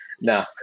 No